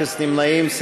אפס נמנעים.